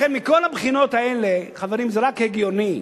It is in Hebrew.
לכן, מכל הבחינות האלה, חברים, זה רק הגיוני,